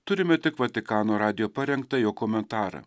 turime tik vatikano radijo parengtą jo komentarą